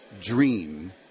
dream